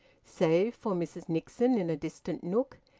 save for mrs nixon in a distant nook,